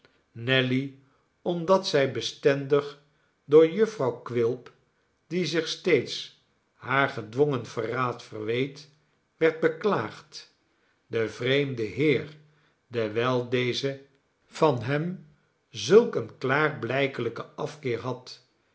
nelly omdat zij bestendig door jufvrouw quilp die zich steeds haar gedwongen verraad verweet werd beklaagd den vreemden heer dewijl deze van hem zulk een klaarblijkelyken afkeer had